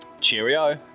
Cheerio